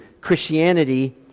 Christianity